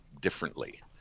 differently